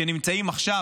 שנמצאים עכשיו,